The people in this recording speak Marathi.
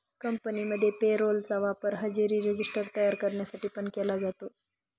कंपनीमध्ये पे रोल चा वापर हजेरी रजिस्टर तयार करण्यासाठी पण केला जातो